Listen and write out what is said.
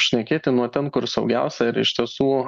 šnekėti nuo ten kur saugiausia ar iš tiesų